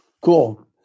Cool